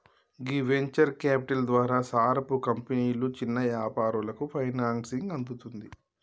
గీ venture capital ద్వారా సారపు కంపెనీలు చిన్న యాపారాలకు ఫైనాన్సింగ్ అందుతుంది